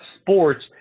sports